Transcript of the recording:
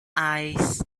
eyes